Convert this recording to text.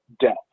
Death